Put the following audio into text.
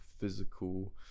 physical